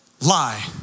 lie